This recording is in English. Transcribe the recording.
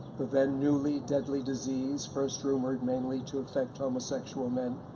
the then-newly deadly disease first rumored mainly to affect homosexual men.